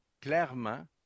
clairement